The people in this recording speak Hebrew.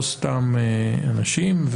לא סתם אנשים,